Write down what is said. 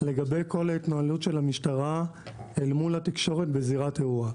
לגבי כל ההתנהלות של המשטרה אל מול התקשורת בזירת אירוע.